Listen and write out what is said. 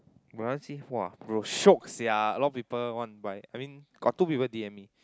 sia a lot of people want buy I mean got two people D M me